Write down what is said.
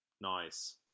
Nice